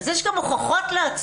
אז יש גם הוכחות להצלחה,